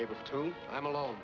able to i'm alone